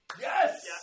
Yes